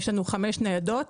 יש לנו חמש ניידות